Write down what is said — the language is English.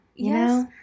Yes